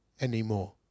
anymore